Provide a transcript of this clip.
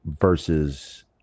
versus